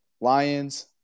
Lions